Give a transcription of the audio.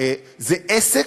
זה עסק,